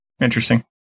interesting